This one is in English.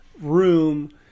room